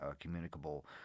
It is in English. communicable